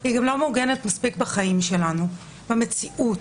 היא גם לא מעוגנת מספיק בחיים שלנו, במציאות.